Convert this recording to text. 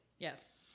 Yes